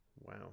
Wow